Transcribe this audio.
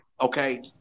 okay